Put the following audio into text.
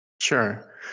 sure